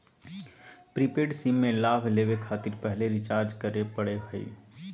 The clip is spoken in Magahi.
प्रीपेड सिम में लाभ लेबे खातिर पहले रिचार्ज करे पड़ो हइ